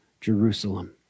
Jerusalem